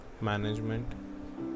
management